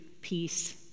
peace